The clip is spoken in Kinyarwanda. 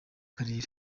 karere